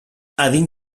adin